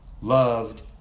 loved